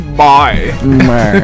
bye